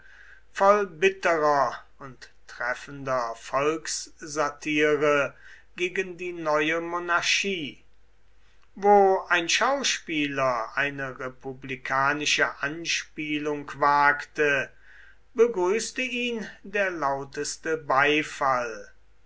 voll bitterer und treffender volkssatire gegen die neue monarchie wo ein schauspieler eine republikanische anspielung wagte begrüßte ihn der lauteste beifall